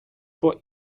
for